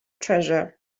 treasure